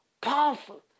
Powerful